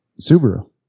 Subaru